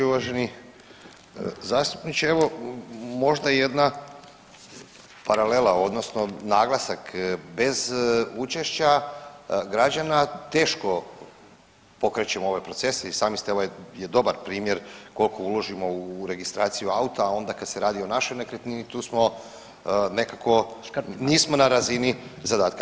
Uvaženi zastupniče, evo možda jedna paralela odnosno naglasak bez učešća građana teško pokrećemo ove procese i sami ste, ovo je dobar primjer koliko uložimo u registraciju auta, a onda kad se radi o našoj nekretnini tu smo nekako [[Upadica iz klupe: škrti]] nismo na razini zadatka.